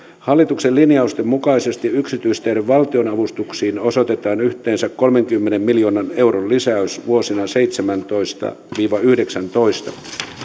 hallituksen linjausten mukaisesti yksityisteiden valtionavustuksiin osoitetaan yhteensä kolmenkymmenen miljoonan euron lisäys vuosina seitsemäntoista viiva yhdeksäntoista